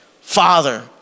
Father